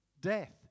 death